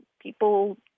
people